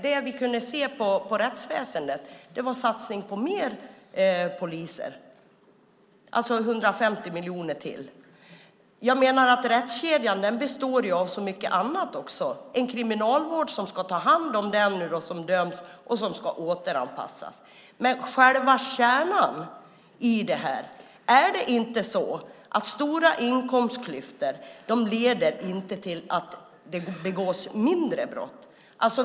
Det vi kan se inom rättsväsendet är satsningar på fler poliser, 150 miljoner till. Men rättskedjan består ju av så mycket annat också, en kriminalvård som ska ta hand om den som döms och som ska återanpassas. Men själva kärnan: Är det inte så att stora inkomstklyftor inte leder till att det begås färre brott?